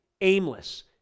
aimless